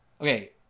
Okay